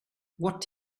what